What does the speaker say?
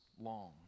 long